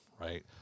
right